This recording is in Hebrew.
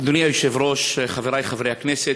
אדוני היושב-ראש, חברי חברי הכנסת,